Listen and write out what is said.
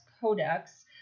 Codex